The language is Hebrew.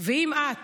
ואם את